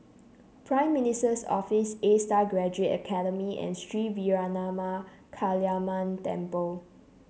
Prime Minister's Office A Star Graduate Academy and Sri Veeramakaliamman Temple